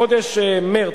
בחודש מרס,